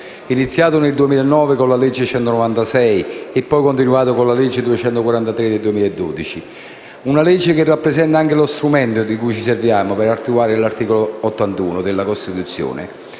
iniziato nel 2009 con la legge n. 196 e poi continuato con la legge n. 243 del 2012. Si tratta di un provvedimento che rappresenta anche lo strumento di cui ci serviamo per attuare l'articolo 81 della Costituzione,